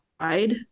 wide